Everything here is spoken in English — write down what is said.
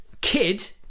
Kid